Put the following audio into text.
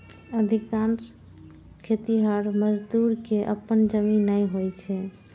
अधिकांश खेतिहर मजदूर कें अपन जमीन नै होइ छै